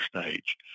stage